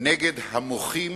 נגד המוחים